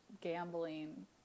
gambling